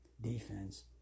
defense